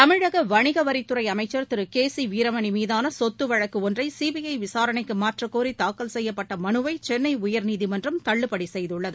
தமிழக வணிக வரித்துறை அமைச்சர் திரு கே சி வீரமணி மீதான சொத்து வழக்கு ஒன்றை சிபிஐ விசாரணைக்கு மாற்றக்கோரி தாக்கல் செய்யப்பட்ட மனுவை சென்னை உயர்நீதிமன்றம் தள்ளுபடி செய்துள்ளது